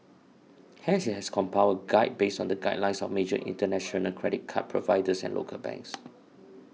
hence it has compiled a guide based on the guidelines of major international credit card providers and local banks